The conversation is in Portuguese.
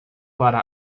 para